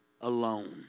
alone